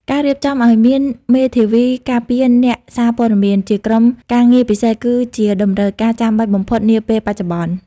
ការរៀបចំឱ្យមាន "មេធាវីការពារអ្នកសារព័ត៌មាន" ជាក្រុមការងារពិសេស គឺជាតម្រូវការចាំបាច់បំផុតនាពេលបច្ចុប្បន្ន។